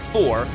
Four